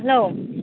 hello